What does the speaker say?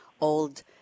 old